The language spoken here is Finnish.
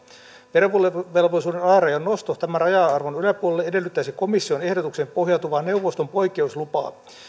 verovelvollisuuden alarajan nosto tämän raja arvon yläpuolelle edellyttäisi komission ehdotukseen pohjautuvaa neuvoston poikkeuslupaa